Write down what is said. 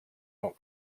not